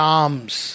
arms